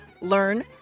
Learn